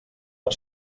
per